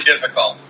difficult